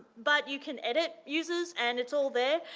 but you can edit users and it's all there,